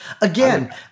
Again